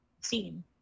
scene